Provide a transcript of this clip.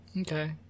Okay